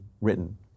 written